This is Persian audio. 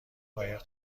قایق